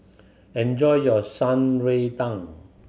enjoy your Shan Rui Tang